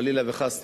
חלילה וחס,